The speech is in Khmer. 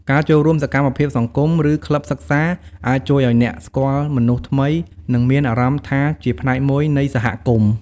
ការចូលរួមសកម្មភាពសង្គម ឬក្លឹបសិក្សាអាចជួយឲ្យអ្នកស្គាល់មនុស្សថ្មី និងមានអារម្មណ៍ថាជាផ្នែកមួយនៃសហគមន៍។